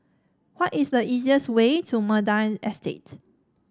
what is the easiest way to Mandai Estate